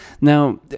Now